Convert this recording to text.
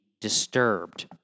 disturbed